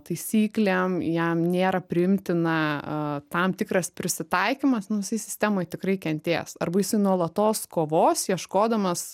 taisyklėm jam nėra priimtina tam tikras prisitaikymas nu jisai sistemoj tikrai kentės arba jisai nuolatos kovos ieškodamas